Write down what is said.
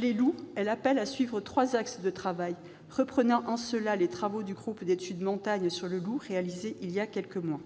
les loups, elle appelle à suivre trois axes de travail, reprenant en cela les travaux du groupe d'études Montagne sur le loup réalisés il y a quelques mois.